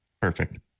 Perfect